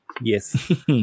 yes